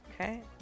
Okay